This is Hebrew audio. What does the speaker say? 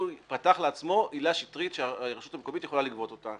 הוא פתח לעצמו עילה שטרית שהרשות המקומית יכולה לגבות אותה